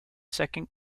second